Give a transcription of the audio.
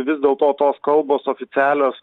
vis dėl to tos kalbos oficialios